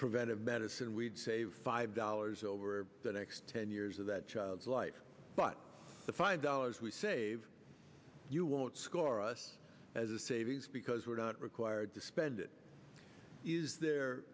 preventive medicine we'd save five dollars over the next ten years of that child's life but the five dollars we save you won't score us as a savings because we're not required to spend it is there